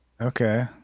Okay